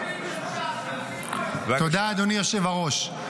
תודה, אדוני היושב-ראש.